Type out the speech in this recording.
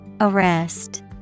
Arrest